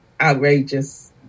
outrageous